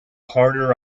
harder